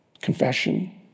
Confession